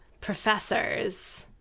professors